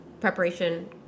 preparation